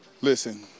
listen